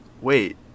Wait